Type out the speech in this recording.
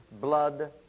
blood